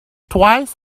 twice